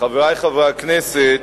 תודה, חברי חברי הכנסת,